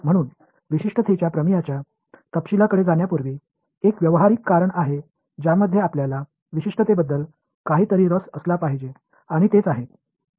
म्हणून विशिष्टतेच्या प्रमेयाच्या तपशिलाकडे जाण्यापूर्वी एक व्यावहारिक कारण आहे ज्यामध्ये आपल्याला विशिष्टतेबद्दल काही तरी रस असला पाहिजे आणि तेच आहे